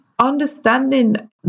understanding